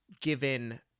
given